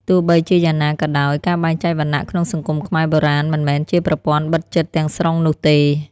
ទោះបីជាយ៉ាងណាក៏ដោយ ការបែងចែកវណ្ណៈក្នុងសង្គមខ្មែរបុរាណមិនមែនជាប្រព័ន្ធបិទជិតទាំងស្រុងនោះទេ។